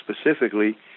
specifically